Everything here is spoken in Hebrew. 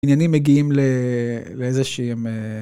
עניינים מגיעים לאיזשהם.